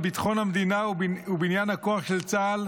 ביטחון המדינה ובניין הכוח של צה"ל,